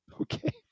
Okay